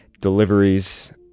deliveries